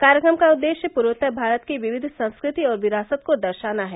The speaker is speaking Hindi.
कार्यक्रम का उद्देश्य पूर्वोत्तर भारत की विविध संस्कृति और विरासत को दर्शाना है